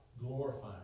glorifying